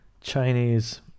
Chinese